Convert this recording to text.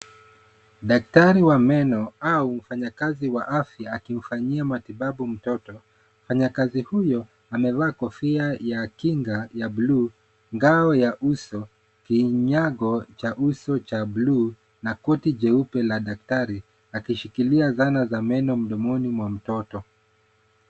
Daktari wa meno au mfanyikazi wa afya akimfanyia matibabu mtoto. Mfanyakazi huyo amevaa kofia ya kinga ya buluu, ngao ya uso, kinyago cha uso cha buluu na koti jeupe la daktari akishikilia dhana za meno mdomoni mwa mtoto.